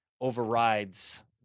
overrides